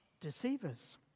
deceivers